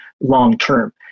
long-term